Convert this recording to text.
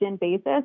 basis